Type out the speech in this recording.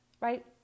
right